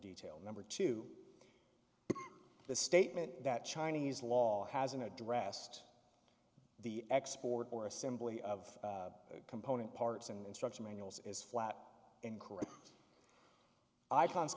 detail number two but the statement that chinese law hasn't addressed the export or assembly of component parts and instruction manuals is flat incorrect i